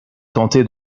tenté